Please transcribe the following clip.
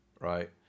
Right